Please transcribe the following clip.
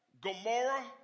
Gomorrah